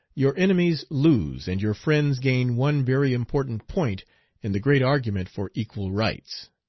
your enemies lose and your friends gain one very important point in the great argument for equal rights.